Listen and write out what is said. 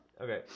Okay